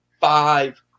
five